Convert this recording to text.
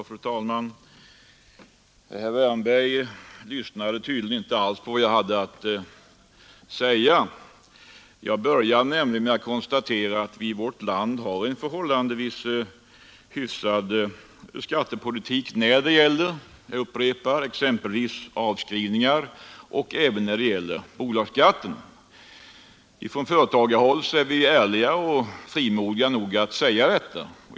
Fru talman! Herr Wärnberg lyssnade tydligen inte på vad jag hade att säga. Jag började nämligen med att konstatera att vi i vårt land har en förhållandevis hyfsad skattepolitik när det gäller — jag upprepar — exempelvis avskrivningar och även när det gäller bolagsskatten. På företagarhåll är vi ärliga och frimodiga nog att säga detta.